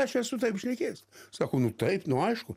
aš esu taip šnekėjęs sako nu taip nu aišku